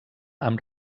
amb